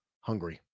hungry